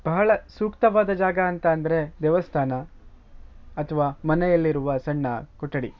ಬಹಳ ಸೂಕ್ತವಾದ ಜಾಗ ಅಂತ ಅಂದರೆ ದೇವಸ್ಥಾನ ಅಥವಾ ಮನೆಯಲ್ಲಿರುವ ಸಣ್ಣ ಕೊಠಡಿ